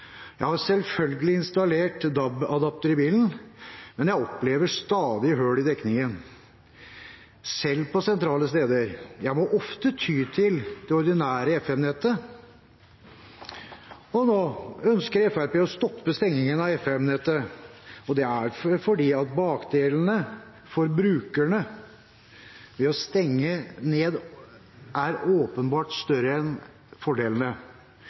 Jeg har selvfølgelig installert DAB-adapter i bilen, men jeg opplever stadig hull i dekningen – selv på sentrale steder. Jeg må ofte ty til det ordinære FM-nettet. Nå ønsker Fremskrittspartiet å stoppe stengingen av FM-nettet. Det er fordi ulempene for brukerne ved å stenge ned åpenbart er større enn fordelene.